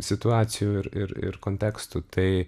situacijų ir ir ir kontekstų tai